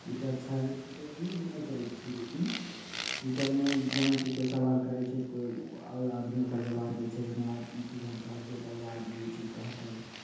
Twitter छै Twitter use नहि करै छिए लेकिन ट्विटरमे जेनाकि कोइ सवाल करै छै तऽ कोइ अगिला आदमी ओकर जवाब दै छै जेना आब ई चीज हम कहलिए तऽ अगिला आदमी ओ चीज कहतै